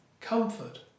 Comfort